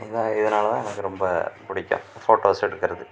இதான் இதனால் தான் எனக்கு ரொம்ப பிடிக்கும் ஃபோட்டோஸ் எடுக்கிறது